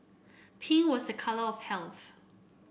pink was a colour of health